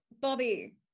Bobby